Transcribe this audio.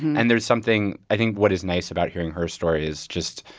and there's something i think what is nice about hearing her story is just,